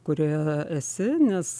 kurioje esi nes